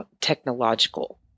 technological